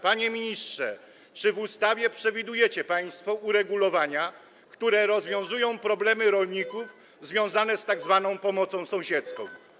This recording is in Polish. Panie ministrze, czy w ustawie przewidujecie państwo uregulowania, które rozwiązują problemy rolników związane z tzw. pomocą sąsiedzką?